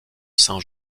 saint